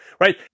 right